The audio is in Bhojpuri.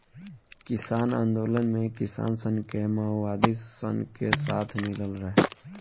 किसान आन्दोलन मे किसान सन के मओवादी सन के साथ मिलल रहे